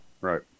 right